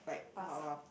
pass ah